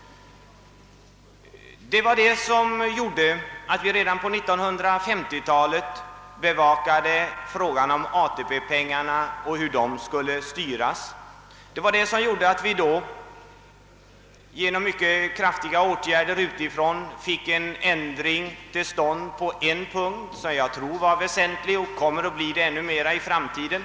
Det var detta som gjorde att vi redan på 1950-talet bevakade frågan om ATP-pengarna och deras styrning. Vi fick då genom mycket kraftiga åtgärder utifrån en ändring till stånd på en punkt som jag tror var väsentlig och som kommer att bli ännu mer väsentlig i framtiden.